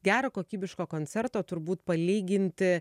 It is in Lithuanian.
gero kokybiško koncerto turbūt palyginti